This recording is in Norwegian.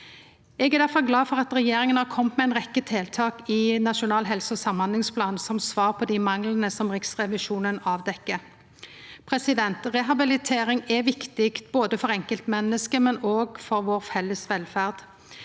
Eg er difor glad for at regjeringa har kome med ei rekkje tiltak i Nasjonal helse og samhandlingsplan som svar på dei manglane som Riksrevisjonen avdekkjer. Rehabilitering er viktig både for enkeltmenneske og for vår felles velferd.